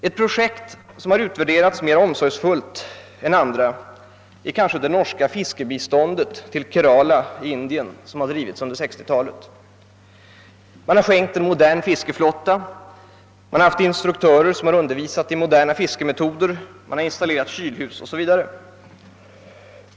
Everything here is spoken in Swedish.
| Ett projekt som kanske utvärderats mera omsorgsfullt än andra är det norska fiskebiståndet under 1960-talet till Kerala i Indien. Man har skänkt en modern fiskeflotta, har haft instruktörer som undervisat i moderna fiskemetoder, installerat kylhus o.s.v.